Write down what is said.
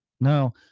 now